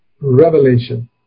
revelation